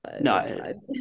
No